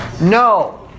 No